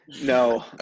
no